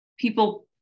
People